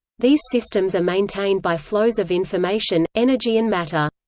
these systems are maintained by flows of information, energy and matter.